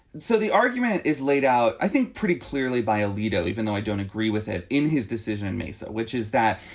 so the argument is laid out, i think, pretty clearly by alito, even though i don't agree with him in his decision in mesa, which is that,